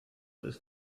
ist